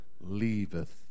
leaveth